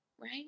right